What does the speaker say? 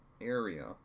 area